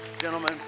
gentlemen